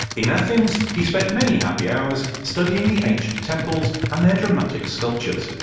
in athens he spent many happy hours studying the ancient temples and their dramatic sculptures,